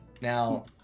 Now